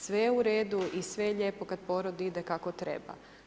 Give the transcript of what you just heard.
Sve je u redu i sve je lijepo kad porod ide kako treba.